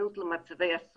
ומוכנות במצבי אסון